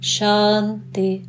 Shanti